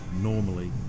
Normally